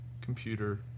computer